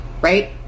right